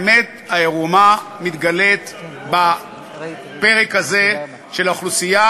האמת העירומה מתגלה בפרק הזה של האוכלוסייה